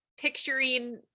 picturing